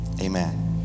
amen